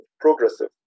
progressive